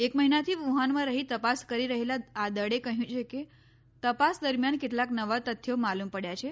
એક મહિનાથી વુહાનમાં રહી તપાસ કરી રહેલા આ દળે કહ્યું છે કે તપાસ દરમિયાન કેટલાંક નવા તત્થી માલૂમ પડ્યા છે